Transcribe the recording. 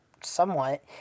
somewhat